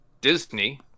Disney